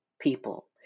people